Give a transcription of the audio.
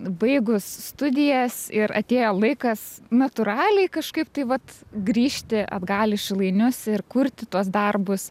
baigus studijas ir atėjo laikas natūraliai kažkaip tai vat grįžti atgal į šilainius ir kurti tuos darbus